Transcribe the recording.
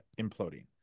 imploding